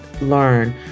learn